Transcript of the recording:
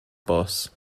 boss